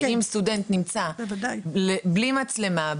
שאם סטודנט נמצא בלי מצלמה,